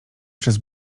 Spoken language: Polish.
przez